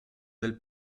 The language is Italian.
del